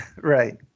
Right